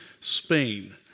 Spain